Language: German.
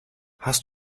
hast